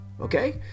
Okay